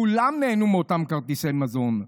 כולם נהנו מאותם כרטיסי מזון.